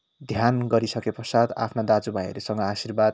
ध्यान गरि सकेपश्चात आफ्ना दाजु भाइहरूसँग आशिर्वाद